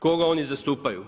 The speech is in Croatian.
Koga oni zastupaju?